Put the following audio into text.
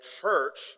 church